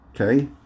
Okay